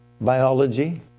biology